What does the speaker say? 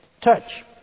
Touch